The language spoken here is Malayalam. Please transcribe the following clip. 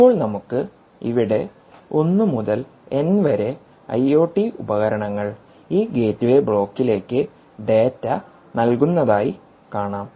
ഇപ്പോൾ നമുക്ക് ഇവിടെ 1 മുതൽ n വരെ ഐ ഒ ടി ഉപകരണങ്ങൾ ഈ ഗേറ്റ്വേ ബ്ലോക്കിലേക്ക് ഡാറ്റ നൽകുന്നതായി കാണാം